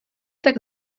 tak